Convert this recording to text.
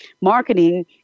marketing